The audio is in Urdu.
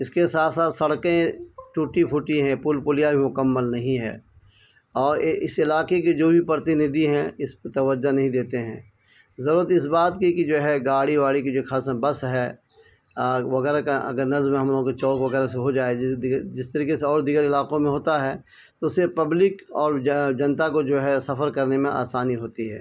اس کے ساتھ ساتھ سڑکیں ٹوٹی پھوٹی ہیں پل پولیا بھی مکمل نہیں ہے اور اس علاقے کی جو بھی پرتندھی ہیں اس توجہ نہیں دیتے ہیں ضرورت اس بات کی کہ جو ہے گاڑی واڑی کی جو خاصہ بس ہے وغیرہ کا اگر نظم ہم لوگوں کے چوک وغیرہ سے ہو جائے گر جس طریقے سے اور دیگر علاقوں میں ہوتا ہے تو اسے پبلک اور جنتا کو جو ہے سفر کرنے میں آسانی ہوتی ہے